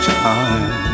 time